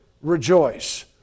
Rejoice